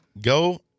go